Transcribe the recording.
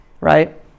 right